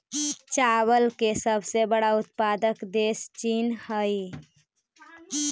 चावल के सबसे बड़ा उत्पादक देश चीन हइ